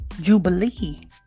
Jubilee